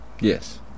Yes